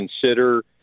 consider